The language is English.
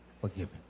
forgiven